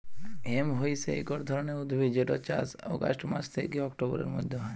hemp হইসে একট ধরণের উদ্ভিদ যেটর চাস অগাস্ট মাস থ্যাকে অক্টোবরের মধ্য হয়